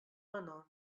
menor